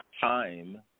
time